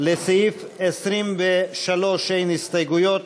לסעיף 23 אין הסתייגויות,